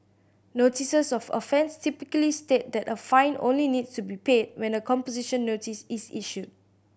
notices of offence typically state that a fine only needs to be paid when a composition notice is issued